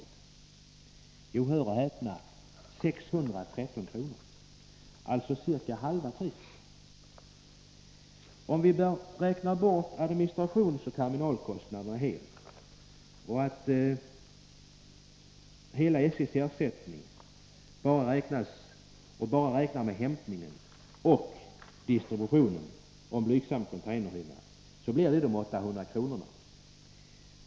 Jo, hör och häpna, — 21 november 1983 613 kr. — dvs. ca halva priset! Om vi räknar bort administrationsoch terminalkostnaderna helt och bara räknar med hämtningen och distributio Om prissättningen nen och en blygsam cointainerhyra, så blir det de 800 kronorna.